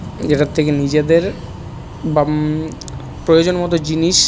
যেটার থেকে নিজেদের বাম প্রয়োজন মতো জিনিস